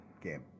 game